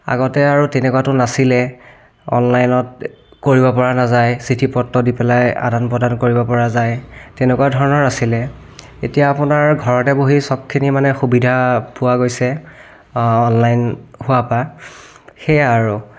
আগতে আৰু তেনেকুৱাটো নাছিলে অনলাইনত কৰিব পৰা নাযায় চিঠি পত্ৰ দি পেলাই আদান প্ৰদান কৰিব পৰা যায় তেনেকুৱা ধৰণৰ আছিলে এতিয়া আপোনাৰ ঘৰতে বহি চব খিনি মানে সুবিধা পোৱা গৈছে অনলাইন হোৱা পা সেয়া আৰু